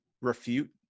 refute